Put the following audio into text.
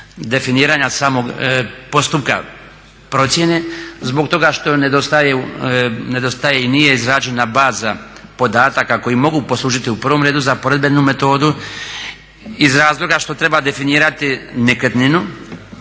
definiranja samog postupka procjene zbog toga što nedostaje i nije izrađena baza podataka koji mogu poslužiti u prvom redu za poredbenu metodu, iz razloga što treba definirati nekretninu,